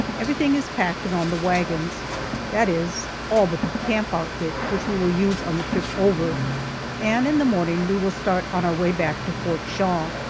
everything is packed and on the wagons that is, all but the camp outfit which we will use on the trip over and in the morning we will start on our way back to fort shaw.